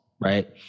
right